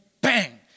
bang